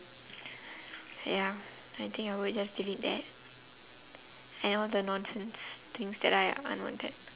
ya I think I would just delete that and all the nonsense things that are unwanted